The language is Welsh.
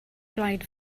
blaid